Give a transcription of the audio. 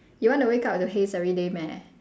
you want to wake up with the haze everyday meh